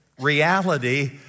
reality